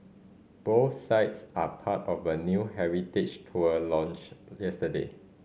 both sites are part of a new heritage tour launched yesterday